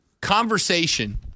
conversation